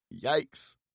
Yikes